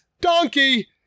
donkey